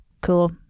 cool